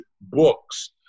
books